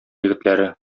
егетләре